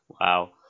Wow